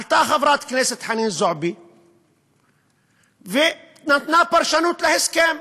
עלתה חברת הכנסת חנין זועבי ונתנה פרשנות להסכם.